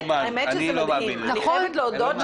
אני לא מאמין לזה.